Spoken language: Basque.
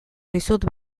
dizut